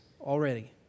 already